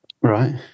Right